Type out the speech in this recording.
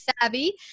Savvy